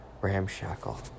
ramshackle